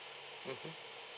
mmhmm